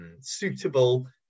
suitable